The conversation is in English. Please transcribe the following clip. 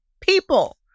people